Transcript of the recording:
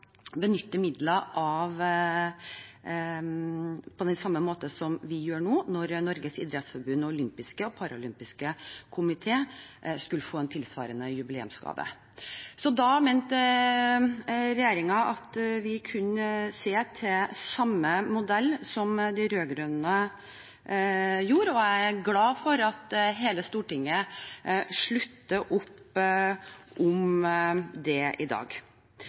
benytte midler på den samme måten som vi gjør nå. Regjeringen mente at vi kunne se til samme modell som de rød-grønn gjorde, og jeg er glad for at hele Stortinget slutter opp om det i dag.